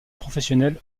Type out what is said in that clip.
professionnelle